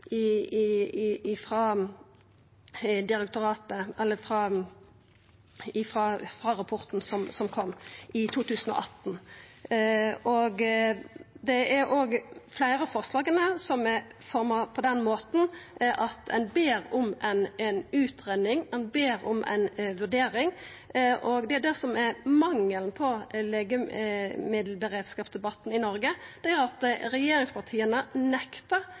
2018. Det er òg slik at fleire av forslaga er utforma på den måten at ein ber om ei utgreiing, ein ber om ei vurdering. Det som er mangelen ved legemiddelberedskapsdebatten i Noreg, er jo at regjeringspartia nektar